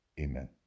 Amen